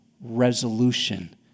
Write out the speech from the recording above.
resolution